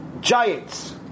giants